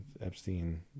Epstein